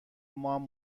مام